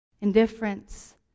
Indifference